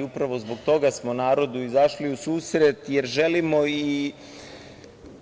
Upravo zbog toga smo narodu izašli u susret, jer želimo, i